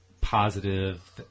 positive